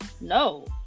no